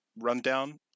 Rundown